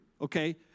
okay